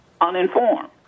uninformed